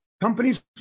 Companies